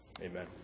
amen